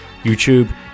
YouTube